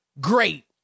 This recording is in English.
great